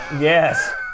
Yes